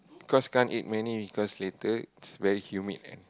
cause can't eat many because later it's very humid and